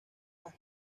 las